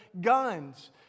guns